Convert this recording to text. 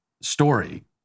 story